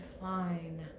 fine